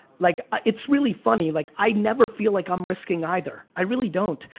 like ah it's really funny. like i never feel like i'm risking either, i really don't.